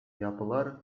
yapılar